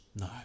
No